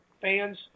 fans